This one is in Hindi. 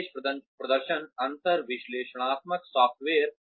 विशेष प्रदर्शन अंतर विश्लेषणात्मक सॉफ्टवेयर